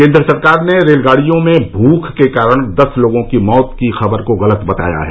केन्द्र सरकार ने रेलगाड़ियों में भूख के कारण दस लोगों की मौत की खबर को गलत बताया है